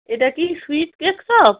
এটা কি sweet cake shop